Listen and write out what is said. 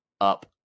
up